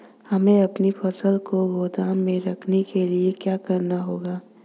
हमें अपनी फसल को गोदाम में रखने के लिये क्या करना होगा?